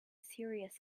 serious